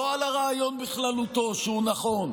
לא על הרעיון בכללותו, שהוא נכון,